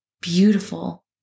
Beautiful